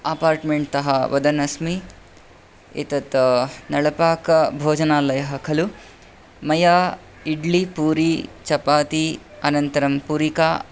अपाट्मेण्ट्तः वदन् अस्मि एतत् नलपाकभोजनालयः खलु मया इड्ली पूरी चपाती अनन्तरं पुरीका